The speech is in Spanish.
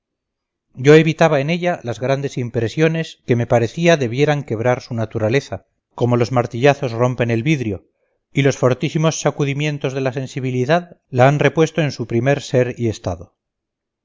yo evitaba en ella las grandes impresiones que me parecía debieran quebrar su naturaleza como los martillazos rompen el vidrio y los fortísimos sacudimientos de la sensibilidad la han repuesto en su primer ser y estado